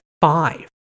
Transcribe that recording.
five